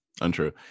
untrue